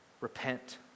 Repent